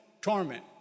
torment